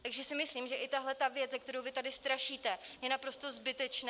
Takže si myslím, že i tahle věc, se kterou vy tady strašíte, je naprosto zbytečná.